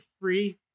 free